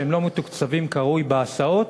מכיוון שהם לא מתוקצבים כראוי בהסעות,